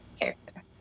character